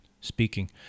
speaking